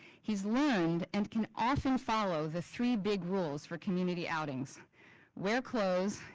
he's learned and can often follow the three big rules for community outings wear clothes,